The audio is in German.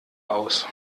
aus